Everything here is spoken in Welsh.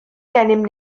gennym